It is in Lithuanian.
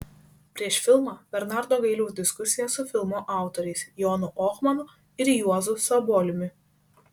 prieš filmą bernardo gailiaus diskusija su filmo autoriais jonu ohmanu ir juozu saboliumi